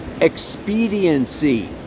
expediency